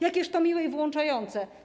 Jakież to miłe i włączające.